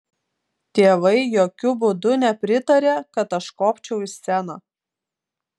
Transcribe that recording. tėvai jokiu būdu nepritarė kad aš kopčiau į sceną